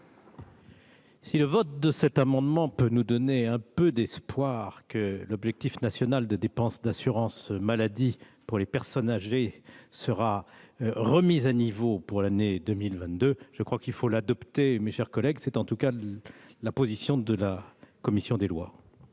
Si le vote de cet amendement peut nous donner un peu d'espoir que l'objectif national de dépenses d'assurance maladie pour les personnes âgées sera remis à niveau pour l'année 2022, je crois qu'il faut l'adopter. Telle est en tout cas la position de la commission des lois.